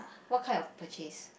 what kind of purchase